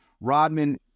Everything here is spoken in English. Rodman